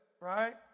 Right